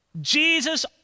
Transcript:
Jesus